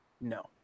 no